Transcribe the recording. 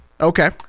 okay